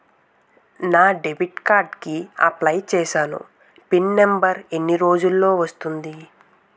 నా debit card కి apply చూసాను పిన్ నంబర్ ఎన్ని రోజుల్లో వస్తుంది?